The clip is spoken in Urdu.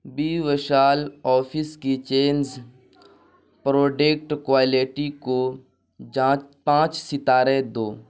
بی وشال آفس کی چینز پروڈکٹ کوالٹی کو جانچ پانچ ستارے دو